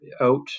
out